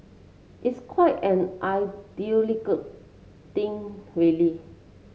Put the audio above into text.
it's quite an ideological thing really